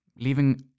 leaving